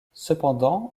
cependant